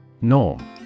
Norm